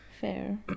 fair